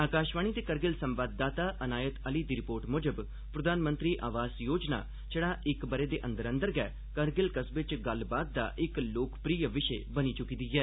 आकाशवाणी दे करगिल संवाददाता अनायत अली दी रिपोर्ट मुजब प्रधानमंत्री आवास योजना छड़ा इक ब'रे दे अंदर अंदर गै करगिल कस्बे च गल्लबात दा इक लोकप्रिय विशे बनी चुकी दी ऐ